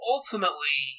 Ultimately